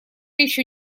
еще